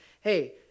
hey